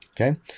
Okay